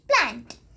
plant